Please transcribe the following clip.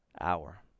hour